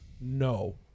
No